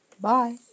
Bye